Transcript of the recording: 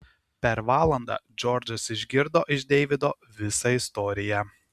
per valandą džordžas išgirdo iš deivido visą istoriją